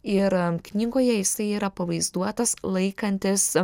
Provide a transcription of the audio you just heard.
ir knygoje jisai yra pavaizduotas laikantis